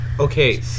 Okay